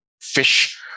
fish